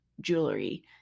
jewelry